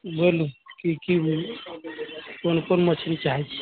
बोलू की की लेबै कोन कोन मछरी चाहै छी